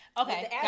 Okay